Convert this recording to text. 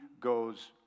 goes